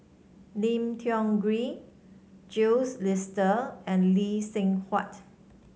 Lim Tiong Ghee Jules and Lee Seng Huat